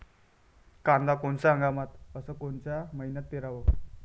कांद्या कोनच्या हंगामात अस कोनच्या मईन्यात पेरावं?